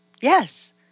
Yes